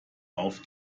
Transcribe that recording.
auf